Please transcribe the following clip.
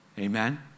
Amen